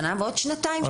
זה שנה ועוד שנתיים.